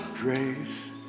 grace